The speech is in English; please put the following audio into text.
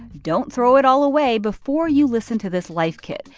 don't throw it all away before you listen to this life kit,